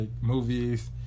movies